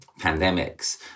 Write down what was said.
pandemics